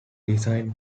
designed